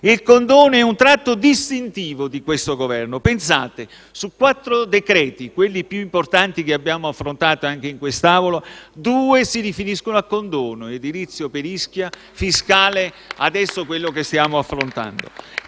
Il condono è un tratto distintivo di questo Governo. Pensate che su quattro decreti-legge, quelli più importanti che abbiamo affrontato anche in quest'Aula, due si riferiscono a un condono (edilizio per Ischia e fiscale come quello che stiamo affrontando